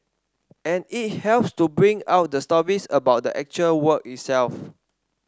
and it helps to bring out the stories about the actual work itself